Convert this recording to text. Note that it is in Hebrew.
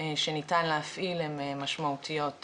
שניתן להפעיל הן משמעותיות יותר.